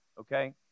Okay